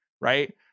right